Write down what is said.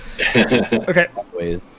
Okay